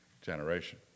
generation